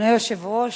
אדוני היושב-ראש,